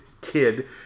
kid